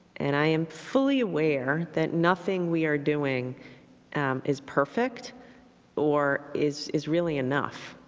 and i am fully aware that nothing we are doing is perfect or is is really enough.